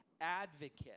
advocate